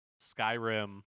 Skyrim